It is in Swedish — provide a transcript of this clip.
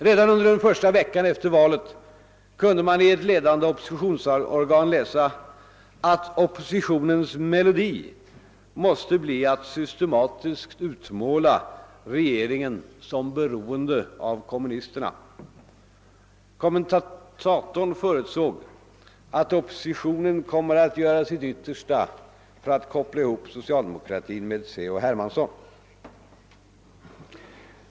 Redan under den första veckan efter valet kunde man i ett ledande oppositionsorgan läsa att oppositionens melodi måste bli att systematiskt utmåla regeringen som beroende av kommunisterna. Kommentatorn förutsåg att oppositionen kommer att göra sitt yttersta för att koppla ihop socialdemokratin med C. H. Hermansson.